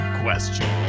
question